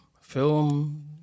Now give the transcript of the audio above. film